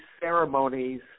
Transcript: ceremonies